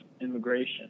immigration